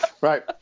Right